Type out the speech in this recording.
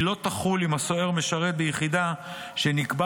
היא לא תחול אם הסוהר משרת ביחידה שנקבע